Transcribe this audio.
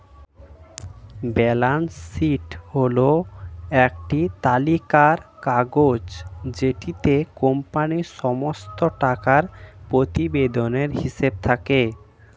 balance sheet হল একটি তালিকার কাগজ যেটিতে কোম্পানির সমস্ত টাকা প্রতিবেদনের হিসেব থাকে